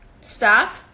stop